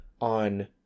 on